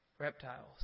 reptiles